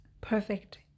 perfect